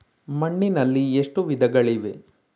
ಮಣ್ಣಿನಲ್ಲಿ ಎಷ್ಟು ವಿಧಗಳಿವೆ?